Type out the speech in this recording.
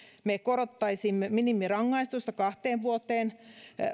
me korottaisimme minimirangaistusta kahteen vuoteen